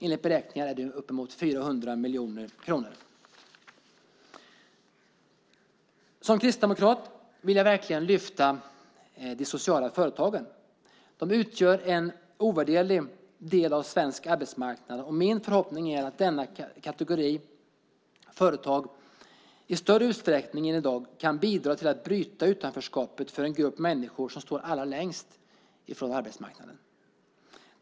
Enligt beräkningar är det uppemot 400 miljarder kronor. Som kristdemokrat vill jag verkligen lyfta fram de sociala företagen. De utgör en ovärderlig del av svensk arbetsmarknad. Min förhoppning är att denna kategori företag i större utsträckning än i dag kan bidra till att bryta utanförskapet för den grupp människor som står allra längst från arbetsmarknaden.